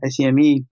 ICME